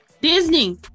Disney